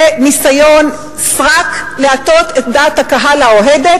זה ניסיון סרק להטות את דעת הקהל האוהדת